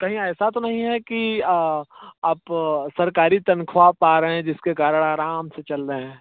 कहीं ऐसा तो नहीं है कि आप सरकारी तनख़्वाह पा रहे हैं जिसके कारण आराम से चल रहे हैं